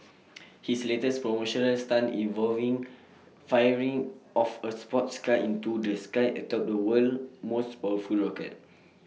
his latest promotional stunt involving firing off A sports car into the sky atop the world's most powerful rocket